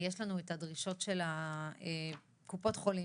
יש לנו את הדרישות של קופות החולים